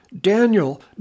Daniel